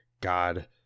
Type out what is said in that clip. God